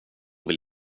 väl